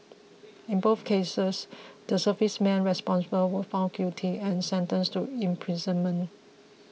in both cases the serviceman responsible were found guilty and sentenced to imprisonment